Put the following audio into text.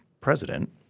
president